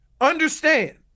understand